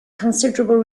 considerable